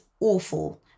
awful